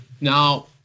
Now